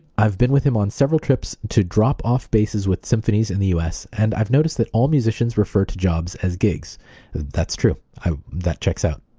i've been with him on several trips to drop off basses with symphonies in the us and i've noticed that all musicians refer to jobs as gigs that's true. that checks out.